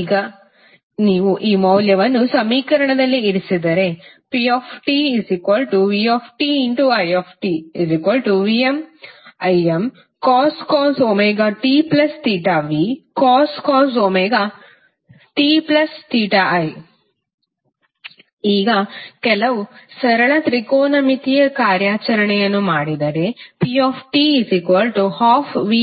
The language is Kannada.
ಈಗ ನೀವು ಈ ಮೌಲ್ಯವನ್ನು ಸಮೀಕರಣದಲ್ಲಿ ಇರಿಸಿದರೆ ptvtitVmImcos tv cos ti ಈಗ ಕೆಲವು ಸರಳ ತ್ರಿಕೋನಮಿತಿಯ ಕಾರ್ಯಾಚರಣೆಯನ್ನು ಮಾಡಿದರೆ pt12VmImcos v i